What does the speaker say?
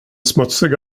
smutsig